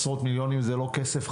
עשרות מיליונים זה לא כסף.